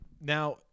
Now